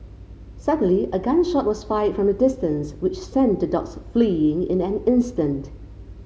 suddenly a gun shot was fired from a distance which sent the dogs fleeing in an instant